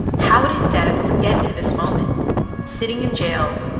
how did debs get to this moment sitting in jail,